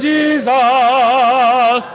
Jesus